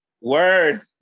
Word